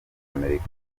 amerika